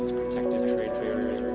protective trade-barriers